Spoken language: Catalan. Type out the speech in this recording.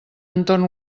entorn